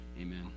Amen